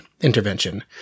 intervention